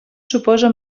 suposa